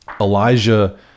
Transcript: Elijah